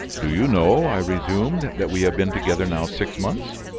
do you know, i resumed, that we have been together now six months.